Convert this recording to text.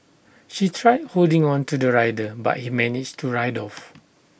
she tried holding on to the rider but he managed to ride off